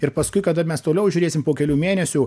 ir paskui kada mes toliau žiūrėsim po kelių mėnesių